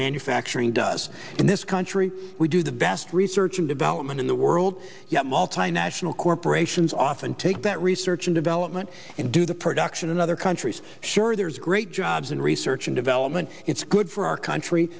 manufacturing does in this country we do the best research and development in the world yet multinational corporations often take that research and development and do the production in other countries sure there's great jobs in research and development it's good for our country